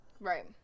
Right